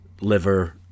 liver